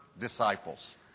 Disciples